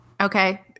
Okay